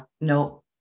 no